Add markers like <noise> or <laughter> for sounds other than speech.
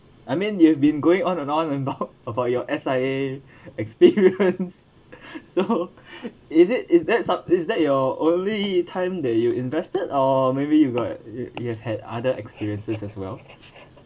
I mean you have been going on and on about about your S_I_A experience <laughs> so is it is that is that your only time that you invested or maybe you got you have had other experiences as well